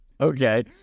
Okay